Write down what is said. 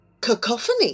Cacophony